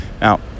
Now